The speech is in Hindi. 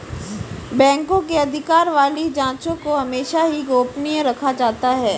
बैंकों के अधिकार वाली जांचों को हमेशा ही गोपनीय रखा जाता है